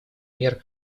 мер